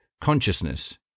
consciousness